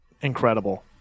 incredible